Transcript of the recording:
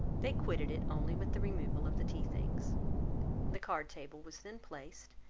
they quitted it only with the removal of the tea-things. the card-table was then placed,